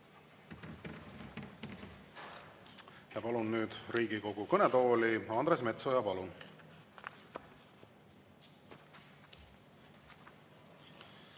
Palun nüüd Riigikogu kõnetooli Andres Metsoja. Palun!